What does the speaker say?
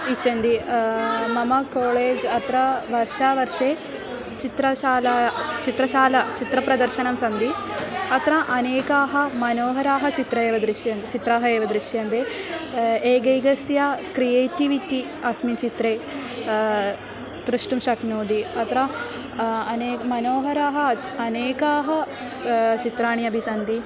इच्छन्ति मम कोळेज् अत्र वर्षं वर्षे चित्रशालाय चित्रशाला चित्रप्रदर्शनं सन्ति अत्र अनेकाः मनोहराः चित्रम् एव पश्यन् चित्राः एव दृश्यन्ते एकैकस्य क्रियेटिविटि अस्मिन् चित्रे द्रष्टुं शक्नोति अत्र अनेकमनोहराः अनेकाः चित्राणि अपि सन्ति